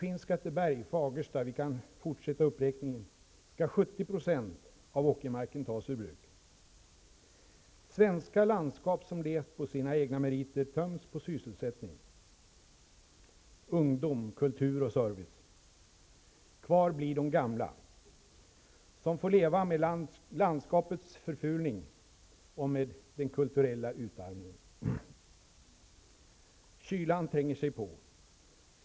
I Svenska landskap som har levt på sina egna meriter töms på sysselsättning, ungdom, kultur och service. Kvar blir de gamla, som får leva med landskapets förfulning och med den kulturella utarmningen. Kylan tränger sig på.